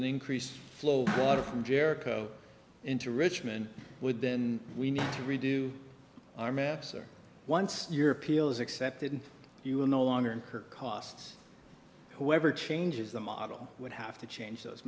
increased flow water from jericho into richmond would then we need to redo our maps or once your appeal is accepted you will no longer incur costs whoever changes the model would have to change those